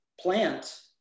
plant